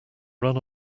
run